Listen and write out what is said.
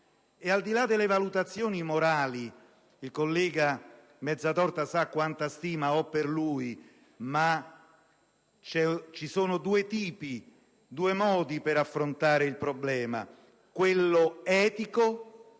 Al di là delle valutazioni morali (il collega Mazzatorta sa quanta stima ho per lui) ci sono due modi per affrontare il problema: quello etico